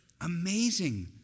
Amazing